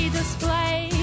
display